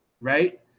right